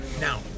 Now